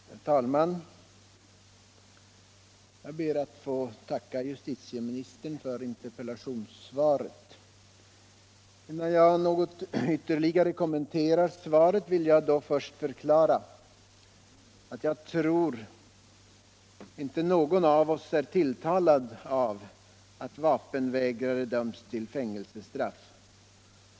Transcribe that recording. Herr talman! Jag ber att få tacka justitieministern för interpellationssvaret. Innan jag något ytterligare kommenterar svaret vill jag dock först förklara att jag tror att inte någon av oss är tilltalad av att vapenvägrare döms till fängelsestraff.